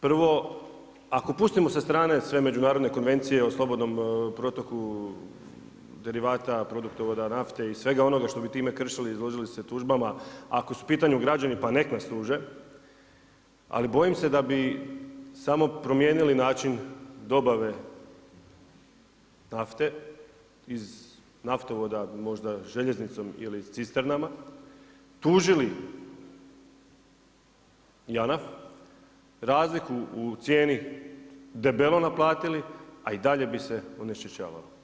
Prvo, ako pustimo sa strane sve međunarodne konvencije o slobodnom protoku derivata, produktovoda nafte i svega onoga što bi time kršili i izložili se tužbama ako su u pitanju građani, pa nek' nas tuže, ali bojim se da bi samo promijenili način dobave nafte iz naftovoda možda željeznicom ili cisternama, tužili JANAF, razliku u cijeni debelo naplatili, a i dalje bi se onečišćavalo.